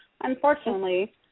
Unfortunately